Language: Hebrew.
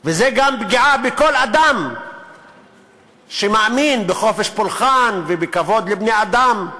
וזאת גם פגיעה בכל אדם שמאמין בחופש פולחן ובכבוד לבני אדם.